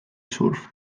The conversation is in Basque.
surf